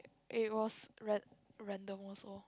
it was ran~ random also